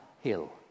hill